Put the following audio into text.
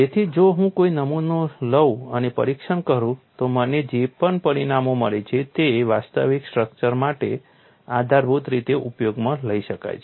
તેથી જો હું કોઈ નમૂનો લઉં અને પરીક્ષણ કરું તો મને જે પણ પરિણામો મળે છે તે વાસ્તવિક સ્ટ્રક્ચર માટે આધારભૂત રીતે ઉપયોગમાં લઈ શકાય છે